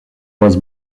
was